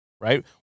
right